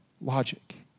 logic